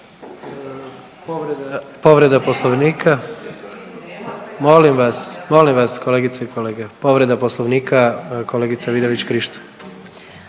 povreda poslovnika. Molim vas, molim vas kolegice i kolege, povreda poslovnika kolegica Vidović Krišto.